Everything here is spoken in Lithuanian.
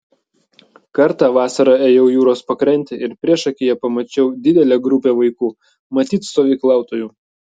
kartą vasarą ėjau jūros pakrante ir priešakyje pamačiau didelę grupę vaikų matyt stovyklautojų